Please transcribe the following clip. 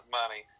money